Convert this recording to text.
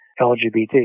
LGBT